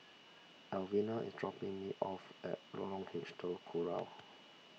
Elvina is dropping me off at Lorong H Telok Kurau